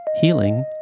healing